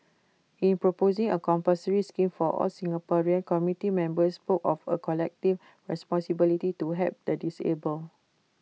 in proposing A compulsory scheme for all Singaporeans committee members spoke of A collective responsibility to help the disabled